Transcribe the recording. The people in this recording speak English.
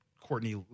courtney